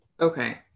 okay